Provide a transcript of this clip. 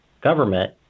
government